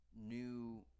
new